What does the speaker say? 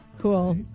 Cool